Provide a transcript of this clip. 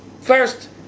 first